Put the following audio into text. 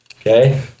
okay